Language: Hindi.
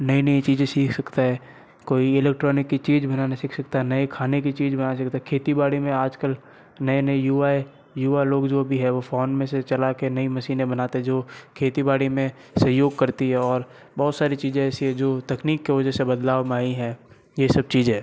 नई नई चीज़ें सीख सकता है कोई इलेक्ट्रॉनिक की चीज़ बनाने सीख सकता है नई खाने की चीज़ बना सकता है खेती बाड़ी में आज कल नई नई युवाएँ युवा लोग जो भी है वो फ़ोन में से चला कर नई मशीनें बनाते जो खेती बाड़ी में सहयोग करती हैं और बहुत सारी चीज़ें ऐसी हैं जो तकनीक की वजह से बदलाव में आई हैं यह सब चीज़ें